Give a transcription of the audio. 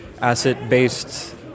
asset-based